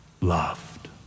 loved